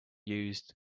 used